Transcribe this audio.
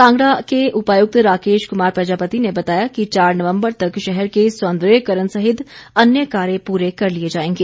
कांगड़ा के उपायुक्त राकेश कुमार प्रजापति ने बताया है कि चार नवम्बर तक शहर के सौंदर्यकरण सहित अन्य कार्य पूरे कर लिए जाएंगे